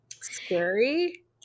scary